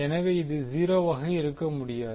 எனவே இது 0 வாக இருக்க முடியாது